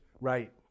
right